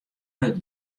hurd